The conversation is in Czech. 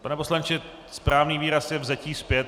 Pane poslanče, správný výraz je vzetí zpět.